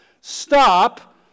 stop